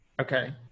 okay